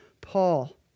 Paul